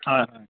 হয় হয়